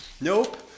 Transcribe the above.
Nope